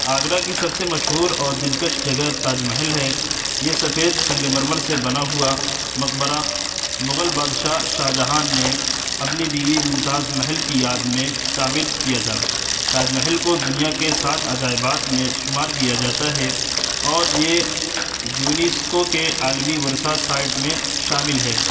آگرہ کی سب سے مشہور اور دلکش جگہ تاج محل ہے یہ سفید سنگ مرمر سے بنا ہوا مقبرہ مغل بادشاہ شاہ جہان نے اپنی بیوی ممتاز محل کی یاد میں تعمیر کیا تھا تاج محل کو دنیا کے سات عجائبات میں شمار کیا جاتا ہے اور یہ یونسکو کے عالمی ورثہ سائٹ میں شامل ہے